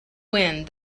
wind